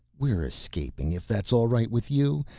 we're escaping, if that's all right with you.